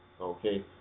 okay